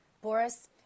Boris